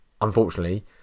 unfortunately